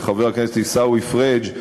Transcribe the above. של חבר הכנסת עיסאווי פריג',